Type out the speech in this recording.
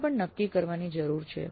તે પણ નક્કી કરવાની જરૂર છે